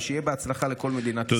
ושיהיה בהצלחה לכל מדינת ישראל.